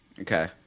Okay